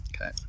Okay